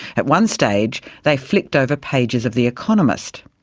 at one stage they flicked over pages of the economist.